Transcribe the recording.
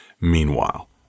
Meanwhile